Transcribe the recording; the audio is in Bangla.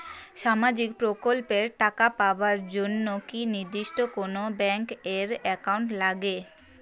সামাজিক প্রকল্পের টাকা পাবার জন্যে কি নির্দিষ্ট কোনো ব্যাংক এর একাউন্ট লাগে?